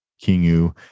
Kingu